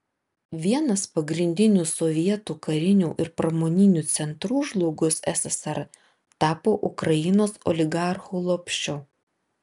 vienas pagrindinių sovietų karinių ir pramoninių centrų žlugus ssrs tapo ukrainos oligarchų lopšiu